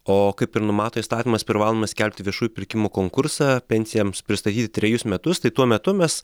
o kaip ir numato įstatymas privalome skelbti viešųjų pirkimų konkursą pensijams pristatyti trejus metus tai tuo metu mes